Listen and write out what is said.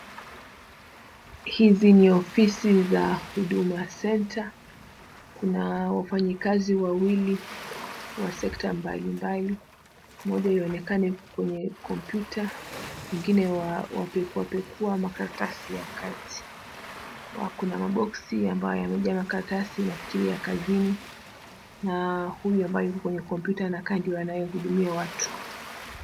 Hizi ni ofisi za Huduma Centre. Kuna wafanyikazi wawili wa sekta mbali mbali. Mmoja yuaonekana kwenye komyuta, mwingine yuapekuapekua makaratasi ya kazi. Kuna maboxi ambayo yamejaa makaratasi, nafikiri ya kazini na huyo ambaye yuko kwenye kompyuta anakaa ndiye anayehudumia watu.